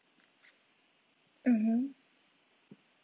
mmhmm